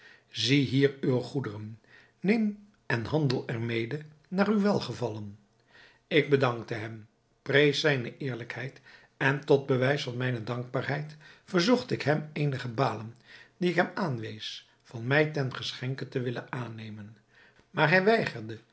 zie hier uwe goederen neem en handel er mede naar uw welgevallen ik bedankte hem prees zijne eerlijkheid en tot een bewijs van mijne dankbaarheid verzocht ik hem eenige balen die ik hem aanwees van mij ten geschenke te willen aannemen maar hij weigerde